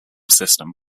system